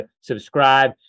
subscribe